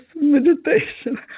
meditation